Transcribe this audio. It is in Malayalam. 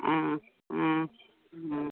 ആ ആ ആ